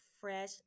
fresh